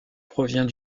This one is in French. provient